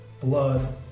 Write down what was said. blood